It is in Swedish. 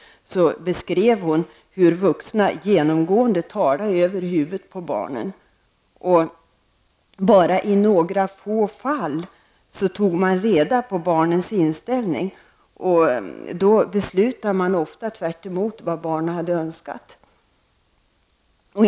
Hon beskriver hur vuxna genomgående talar över huvudet på barnen. Men bara i några få fall har man tagit reda på barnens inställning men ändå ofta beslutat tvärtemot deras önskan.